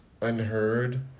unheard